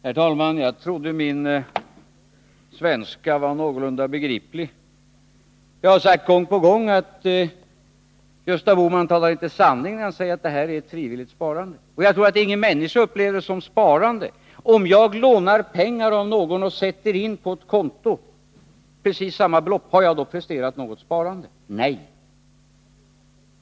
Herr talman! Jag trodde min svenska var någorlunda begriplig. Jag har sagt gång på gång att Gösta Bohman talar inte sanning när han säger att det här är ett frivilligt sparande. Jag tror att ingen människa upplever det som sparande. Om jag lånar pengar av någon och sätter in precis samma belopp på ett konto, har jag då presterat något sparande? Nej!